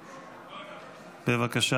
בבקשה,